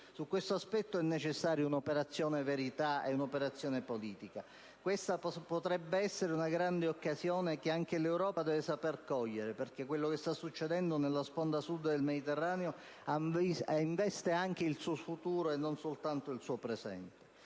Su questo aspetto è necessaria un'operazione verità e politica. Questa potrebbe essere una grande occasione, che anche l'Europa deve saper cogliere, perché quello che sta succedendo nella sponda Sud del Mediterraneo investe anche il suo futuro e non soltanto il suo presente.